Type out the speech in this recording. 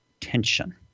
tension